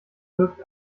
birgt